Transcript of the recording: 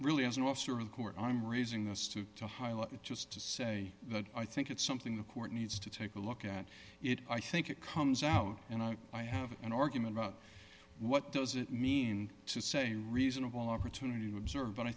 really an officer of the court i'm raising this to to highlight it just to say that i think it's something the court needs to take a look at it i think it comes out and i have an argument about what does it mean to say reasonable opportunity to observe but i